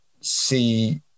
see